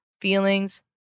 feelings